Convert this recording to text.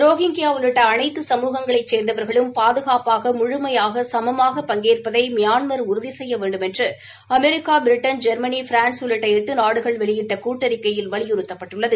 Rohingya உள்ளிட்ட அனைத்து சமூகங்களை சேர்ந்தவர்களும் பாதுகாப்பாக முழுமையாக சமமாக பங்கேற்பதை மியான்மர் உறுதி செய்ய வேண்டுமென்று அமெரிக்கா பிரிட்டன் ஜெர்மனி பிரான்ஸ் உள்ளிட்ட எட்டு நாடுகள் வெளியிட்ட கூட்டறிக்கையில் வலியுறுத்தப்பட்டுள்ளது